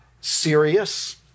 serious